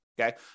okay